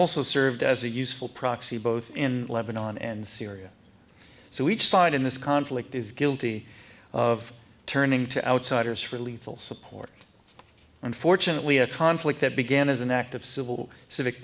also served as a useful proxy both in lebanon and syria so each side in this conflict is guilty of turning to outsiders for lethal support unfortunately a conflict that began as an act of civil civic